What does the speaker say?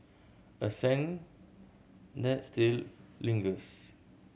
a scent that still lingers